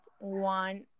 one